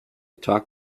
talk